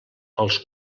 als